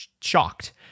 shocked